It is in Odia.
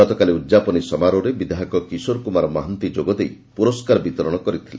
ଗତକାଲି ଉଦ୍ଯାପନୀ ସମାରୋହରେ ବିଧାୟକ କିଶୋର କୁମାର ମହାନ୍ତି ଯୋଗଦେଇ ପୁରସ୍କାର ବିତରଶ କରିଥିଲେ